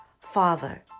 father